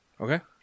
Okay